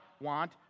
want